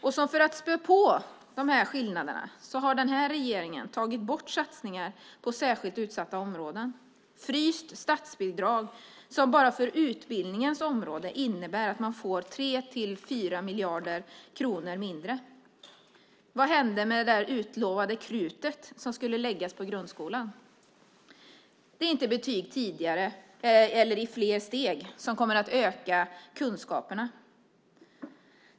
Och för att späda på skillnaderna har regeringen tagit bort satsningarna på särskilt utsatta områden, fryst statsbidrag som bara för utbildningens område innebär att man får 3-4 miljarder kronor mindre! Vad hände med det utlovade krutet som skulle läggas på grundskolan? Det är inte betyg tidigare eller i fler steg som kommer att öka kunskaperna.